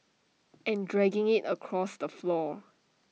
and dragging IT across the floor